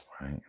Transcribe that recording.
Right